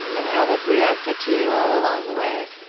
and how they've reacted to you all along the way,